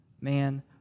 man